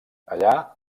allà